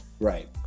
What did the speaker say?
right